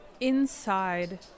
Inside